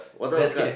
that's good